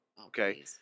Okay